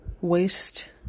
waste